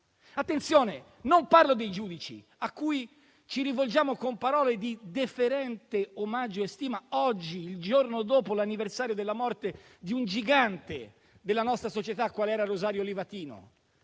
non parlo dei giudici, a cui ci rivolgiamo con parole di deferente omaggio e stima, oggi, il giorno dopo l'anniversario della morte di un gigante della nostra società, quale era Rosario Livatino.